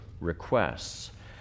requests